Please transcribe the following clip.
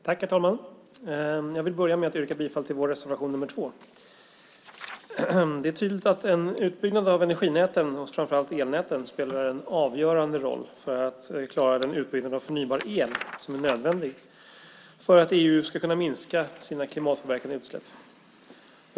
Herr talman! Jag börjar med att yrka bifall till reservation 2 från Miljöpartiet. Det är tydligt att en utbyggnad av energinäten, framför allt elnäten, spelar en avgörande roll för att klara den utbyggnad av förnybar el som är nödvändig för att EU ska kunna minska sina klimatpåverkande utsläpp.